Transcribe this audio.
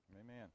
Amen